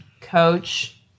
coach